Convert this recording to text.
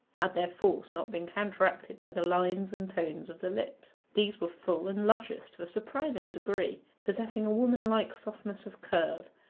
had their force not been counteracted by the lines and tone of the lips. these were full and luscious to a surprising degree, possessing a woman-like softness of curve,